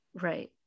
Right